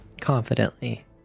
confidently